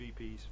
VPs